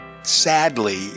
Sadly